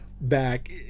back